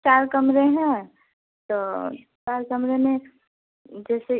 चार कमरे हैं तो चार कमरे में जैसे